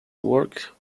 work